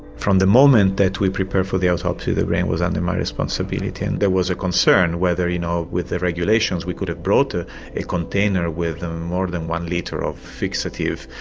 from the moment that we prepared for the autopsy the brain was under my responsibility and there was a concern whether you know with the regulations we could have brought ah a container with more than one litre of fixative,